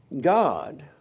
God